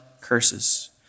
curses